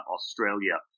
Australia